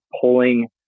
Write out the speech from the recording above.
pulling